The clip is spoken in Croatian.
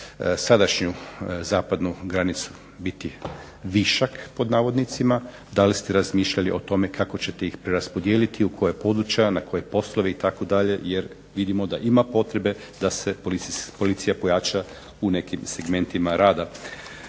sadašnju zapadnu granicu biti višak pod navodnicima, da li ste razmišljali o tome kako ćete ih preraspodijeliti, u koja područja, na koje poslove itd., jer vidimo da ima potrebe da se policija pojača u nekim segmentima rada.